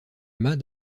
mas